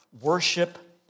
Worship